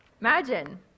Imagine